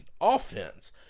offense